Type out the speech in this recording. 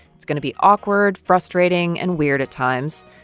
it's going to be awkward, frustrating and weird at times.